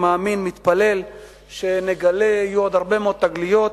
מאמין ומתפלל שנגלה ויהיו עוד הרבה מאוד תגליות,